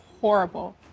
horrible